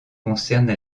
concerne